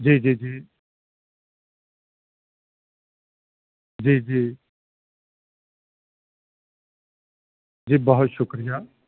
جی جی جی جی جی جی بہت شکریہ